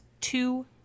two